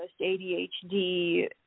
ADHD